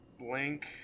blank